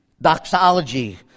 doxology